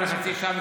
אבל חצי שעה,